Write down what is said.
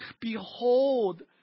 behold